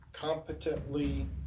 competently